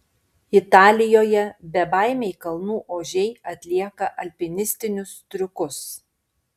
italijoje bebaimiai kalnų ožiai atlieka alpinistinius triukus